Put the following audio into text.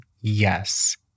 yes